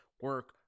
Work